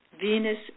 Venus